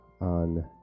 on